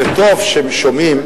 וטוב שהם שומעים,